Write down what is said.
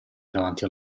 davanti